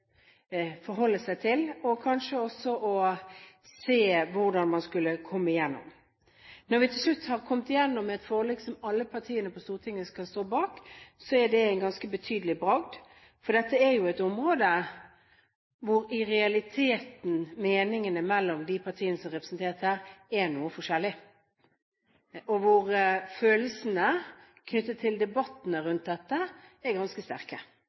forholde seg til – og kanskje også å se hvordan man skulle komme igjennom. Når vi til slutt har kommet igjennom med et forlik som alle partiene på Stortinget står bak, er det en ganske betydelig bragd, for dette er et område hvor meningene i de partiene som er representert her, i realiteten er noe forskjellig, og hvor følelsene knyttet til debattene rundt dette er ganske sterke.